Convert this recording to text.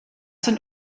sind